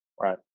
Right